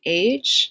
age